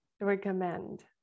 recommend